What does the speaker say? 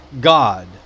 God